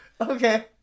Okay